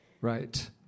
Right